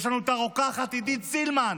יש לנו את הרוקחת עידית סילמן,